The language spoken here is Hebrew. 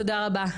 דר'